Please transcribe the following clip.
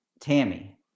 Tammy